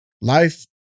life